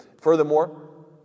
Furthermore